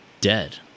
dead